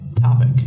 Topic